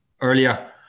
earlier